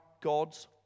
God's